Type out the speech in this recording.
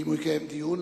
ואם הוא יקיים דיון,